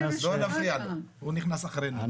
הוא נכנס אחרינו.